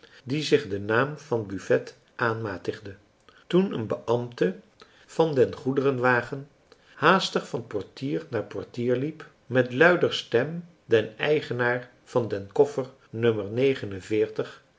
die zich den naam van buffet aanmamarcellus emants een drietal novellen tigde toen een beambte van den goederen wagen haastig van portier naar portier liep met luider stem den eigenaar van den koffer